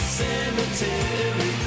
cemetery